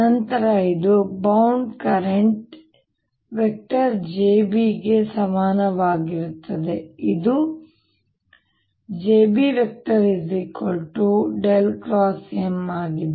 ನಂತರ ಇದು bound current ಗೆ ಸಮನಾಗಿರುತ್ತದೆ ಇದು jb M ಆಗಿದೆ